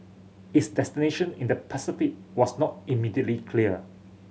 its destination in the Pacific was not immediately clear